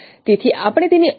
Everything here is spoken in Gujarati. તેથી આપણે તેની અસર જોશું